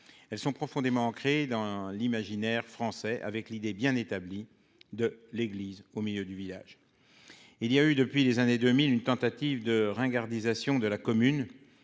Elles sont profondément ancrées dans l'imaginaire français, avec l'idée bien établie de « l'église au milieu du village ». On assiste pourtant, depuis les années 2000, à une tentative de ringardisation de la commune.